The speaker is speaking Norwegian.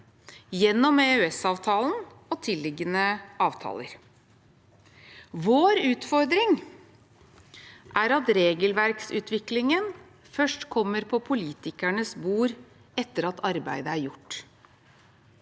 gjennom EØSavtalen og tilliggende avtaler. Vår utfordring er at regelverksutviklingen først kommer på politikernes bord etter at arbeidet er gjort.